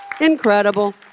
incredible